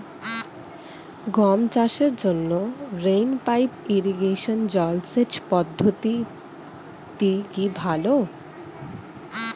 গম চাষের জন্য রেইন পাইপ ইরিগেশন জলসেচ পদ্ধতিটি কি ভালো?